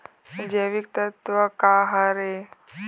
जैविकतत्व का हर ए?